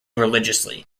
religiously